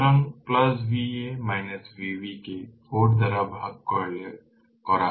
সুতরাংVa Vb কে 4 দ্বারা ভাগ করা হয়েছে